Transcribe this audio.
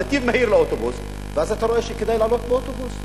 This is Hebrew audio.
נתיב מהיר לאוטובוס ואז אתה רואה שכדאי לעלות באוטובוס?